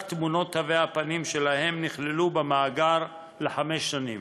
תמונות תווי הפנים שלהם נכללו במאגר לחמש שנים.